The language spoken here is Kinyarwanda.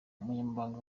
umunyamabanga